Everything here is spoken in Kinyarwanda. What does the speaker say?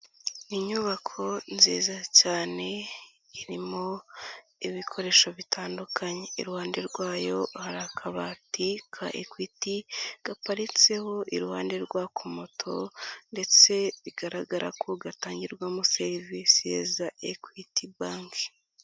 Inyubako nziza cyane irimo ibikoresho bitandukanye, iruhande rwayo hari akabati ka Equity, gaparitseho iruhande rwko moto ndetse bigaragara ko gatangirwamo serivisi za Equity banki.